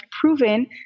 proven